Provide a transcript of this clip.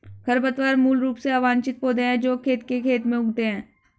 खरपतवार मूल रूप से अवांछित पौधे हैं जो खेत के खेत में उगते हैं